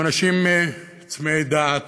הם אנשים צמאי דעת,